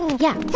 yeah.